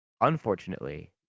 Unfortunately